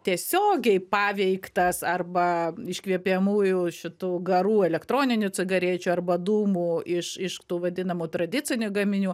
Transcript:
tiesiogiai paveiktas arba iškvėpiamųjų šitų garų elektroninių cigarečių arba dūmų iš iš tų vadinamų tradicinių gaminių